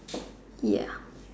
ya